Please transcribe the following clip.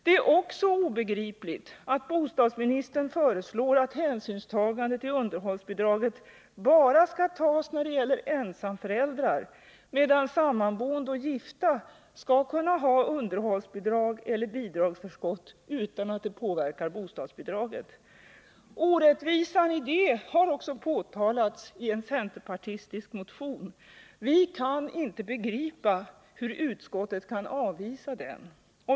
Det är också obegripligt att bostadsministern föreslår att hänsyn till underhållsbidraget bara skall tas när det gäller ensamförälder, medan sammanboende eller gifta skall kunna uppbära underhållsbidrag eller bidragsförskott utan att det påverkar bostadsbidraget. Orättvisan häri har också påtalats i en centerpartistisk motion. Vi kan inte begripa hur utskottet kan avvisa den.